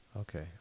Okay